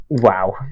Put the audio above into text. wow